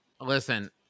Listen